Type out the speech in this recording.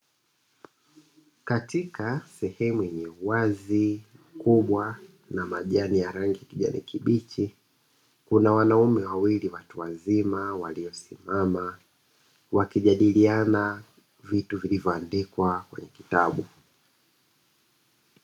Katika sehemu yenye uwazi mkubwa namajani ya rangi ya kijani kibichi kuna wanaume wawili watuwazima walio simama wakijadiliana vitu vilivyoandikwa kwenye kitabu.